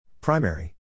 Primary